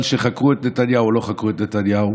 שחקרו את נתניהו או לא חקרו את נתניהו,